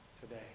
today